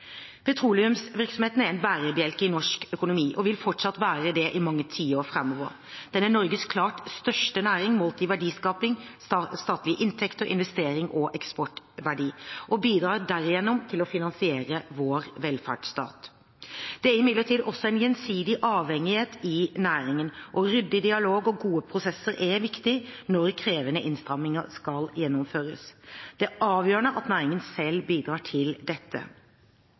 Petroleumsvirksomheten er en bærebjelke i norsk økonomi og vil fortsatt være det i mange tiår framover. Den er Norges klart største næring målt i verdiskaping, statlige inntekter, investeringer og eksportverdi og bidrar derigjennom til å finansiere vår velferdsstat. Det er imidlertid også en gjensidig avhengighet i næringen, og ryddig dialog og gode prosesser er viktig når krevende innstramninger skal gjennomføres. Det er avgjørende at næringen selv bidrar til dette.